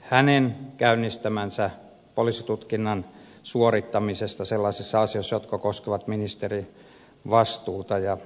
hänen käynnistämänsä poliisitutkinnan suorittamista sellaisissa asioissa jotka koskevat ministerivastuuta ja laillista toimintaa